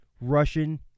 Russian